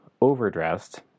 overdressed